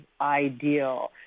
ideal